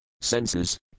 senses